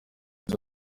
izo